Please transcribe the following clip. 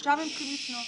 לשם הם צריכים לפנות.